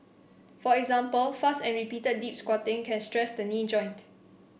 for example fast and repeated deep squatting can stress the knee joint